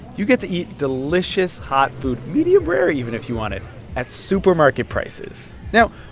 you get to eat delicious, hot food medium-rare, even, if you want it at supermarket prices. now,